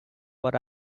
what